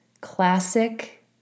Classic